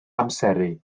amseru